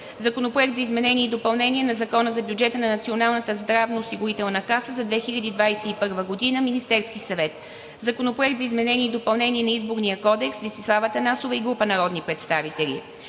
Законопроект за изменение и допълнение на Закона за бюджета на Националната здравноосигурителна каса за 2021 г. Вносител – Министерският съвет. Законопроект за изменение и допълнение на Изборния кодекс. Вносители – Десислава Атанасова и група народни представители.